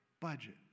budget